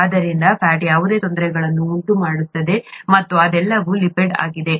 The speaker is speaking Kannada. ಆದ್ದರಿಂದ ಫ್ಯಾಟ್ ಯಾವುದೇ ತೊಂದರೆಗಳನ್ನು ಉಂಟುಮಾಡುತ್ತದೆ ಮತ್ತು ಅದೆಲ್ಲವೂ ಲಿಪಿಡ್ ಆಗಿದೆ